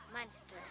monsters